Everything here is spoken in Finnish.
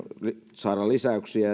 saada lisäyksiä